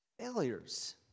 Failures